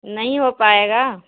نہیں ہو پائے گا